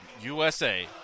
USA